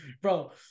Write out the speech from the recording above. bro